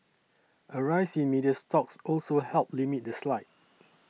a rise in media stocks also helped limit the slide